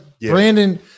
Brandon